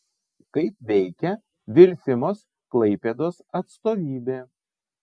kaip veikia vilfimos klaipėdos atstovybė